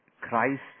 Christ